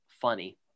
funny